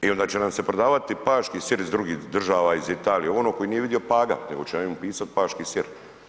I onda će nam se prodavati paški sir iz drugih država, iz Italije, ovo ono, koji nije vidio Paga, nego će oni napisati paški sir.